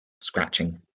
scratching